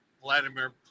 Vladimir